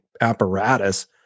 apparatus